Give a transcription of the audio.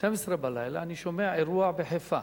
ב-24:00 אני שומע, אירוע בחיפה.